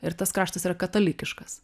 ir tas kraštas yra katalikiškas